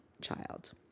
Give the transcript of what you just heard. child